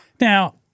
now